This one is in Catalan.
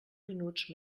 minuts